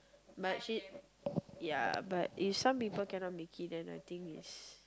but she ya but if some people cannot make it I think is